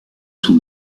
sont